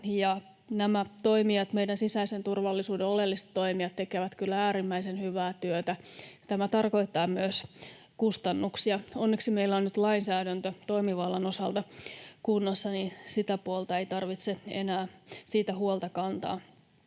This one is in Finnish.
Nämä meidän sisäisen turvallisuuden oleelliset toimijat tekevät kyllä äärimmäisen hyvää työtä. Tämä tarkoittaa myös kustannuksia. Onneksi meillä on nyt lainsäädäntö toimivallan osalta kunnossa, niin että siitä puolesta ei tarvitse enää huolta kantaa.